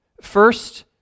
First